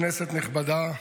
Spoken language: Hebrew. כנסת נכבדה,